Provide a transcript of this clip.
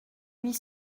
huit